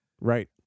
Right